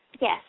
Yes